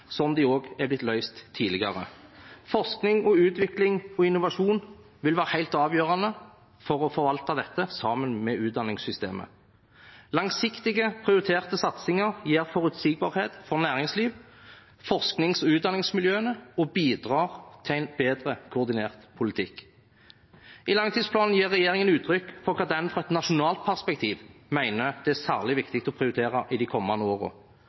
som de også er blitt løst tidligere. Forskning og utvikling og innovasjon vil være helt avgjørende for å forvalte dette, sammen med utdanningssystemet. Langsiktige, prioriterte satsinger gir forutsigbarhet for næringslivet og forsknings- og utdanningsmiljøene og bidrar til en bedre koordinert politikk. I langtidsplanen gir regjeringen uttrykk for hva den fra et nasjonalt perspektiv mener det er særlig viktig å prioritere i de kommende